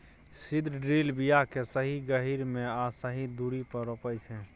seed drill बीया केँ सही गहीर मे आ सही दुरी पर रोपय छै